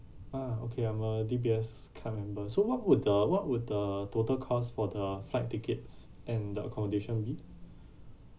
ah okay I'm a D_B_S card member so what would the what would the total cost for the flight tickets and the accommodation be